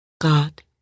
God